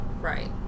right